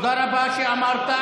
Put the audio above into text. תודה רבה שאמרת.